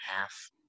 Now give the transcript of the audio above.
half